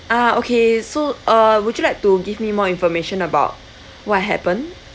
ah okay so uh would you like to give me more information about what happened